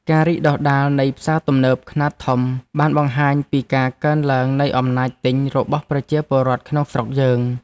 ការរីកដុះដាលនៃផ្សារទំនើបខ្នាតធំបានបង្ហាញពីការកើនឡើងនៃអំណាចទិញរបស់ប្រជាពលរដ្ឋក្នុងស្រុកយើង។